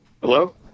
Hello